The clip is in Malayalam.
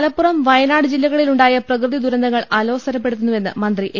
മലപ്പുറം വയനാട് ജില്ലകളിലുണ്ടായ പ്രകൃതി ദുരന്തങ്ങൾ അലോസരപ്പെടുത്തുവെന്ന് മന്ത്രി എ